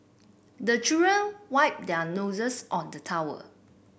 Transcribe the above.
the children wipe their noses on the towel